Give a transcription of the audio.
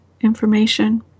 information